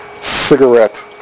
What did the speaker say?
cigarette